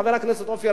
חבר הכנסת אופיר,